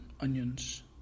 onions